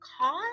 cause